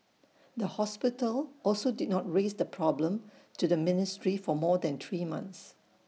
the hospital also did not raise the problem to the ministry for more than three months